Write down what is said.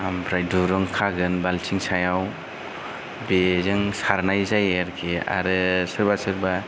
आमफ्राय दुरुं खागोन बालथिं सायाव बेजों सारनाय जायो आरोखि आरो सोरबा सोरबा